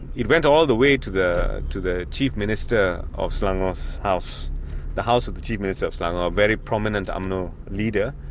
it went all the way to the to the chief minister, of selangor house, the house the house of the chief minister of selangor, a very prominent umno leader,